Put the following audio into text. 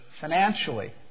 financially